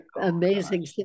amazing